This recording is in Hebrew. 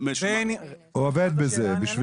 עובד בזה.